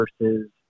versus –